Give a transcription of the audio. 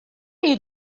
you